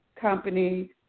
company